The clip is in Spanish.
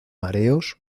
mareos